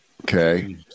okay